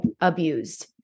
abused